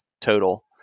total